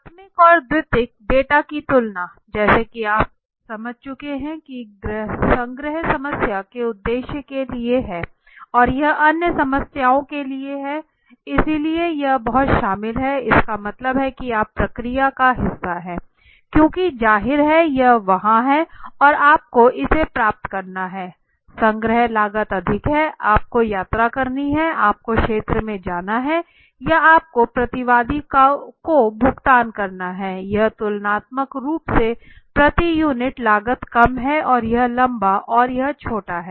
प्राथमिक और द्वितीयक डेटा की तुलना जैसा कि आप समझ चुके थे कि संग्रह समस्या के उद्देश्य के लिए है और यह अन्य समस्याओं के लिए है इसलिए यह बहुत शामिल है इसका मतलब है कि आप प्रक्रिया का हिस्सा हैं क्योंकि जाहिर है यह वहाँ हैं और आपको इसे प्राप्त करना है संग्रह लागत अधिक है आपको यात्रा करनी है आपको क्षेत्र में जाना है या आपको प्रतिवादी को भुगतान करना है यह तुलनात्मक रूप से प्रति यूनिट लागत कम है और यह लंबा और यह छोटा है